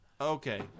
Okay